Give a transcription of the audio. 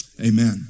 amen